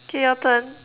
okay your turn